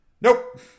Nope